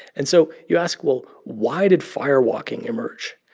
and so you ask, well, why did fire walking emerge?